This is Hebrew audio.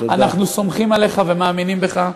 אנחנו סומכים עליך ומאמינים בך.